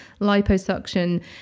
liposuction